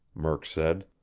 murk said.